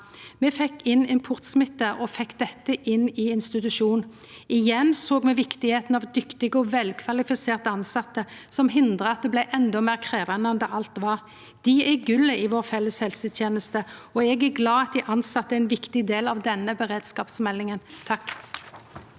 Me fekk inn importsmitte og fekk dette inn i ein institusjon. Igjen såg me viktigheita av dyktige og velkvalifiserte tilsette, som hindra at dette blei endå meir krevjande enn det alt var. Dei er gullet i vår felles helseteneste, og eg er glad for at dei tilsette er ein viktig del av denne helseberedskapsmeldinga. Tone